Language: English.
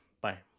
Bye